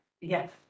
Yes